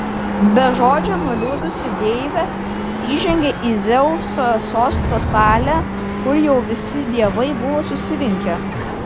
be žodžio nuliūdusi deivė įžengė į dzeuso sosto salę kur jau visi dievai buvo susirinkę